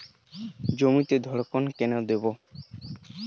জমিতে ধড়কন কেন দেবো?